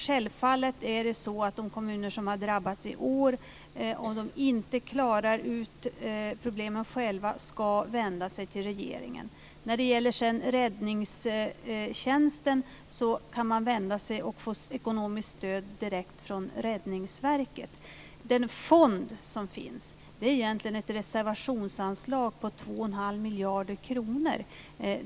Självfallet ska de kommuner som har drabbats i år, om de inte klarar ut problemen själva, vända sig till regeringen. När det gäller Räddningstjänsten kan den vända sig till och få ekonomiskt stöd direkt från Räddningsverket. Den fond som finns är egentligen ett reservationsanslag på 2 1⁄2 miljard kronor.